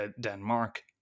denmark